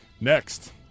Next